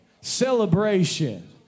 Celebration